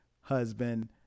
husband